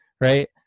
Right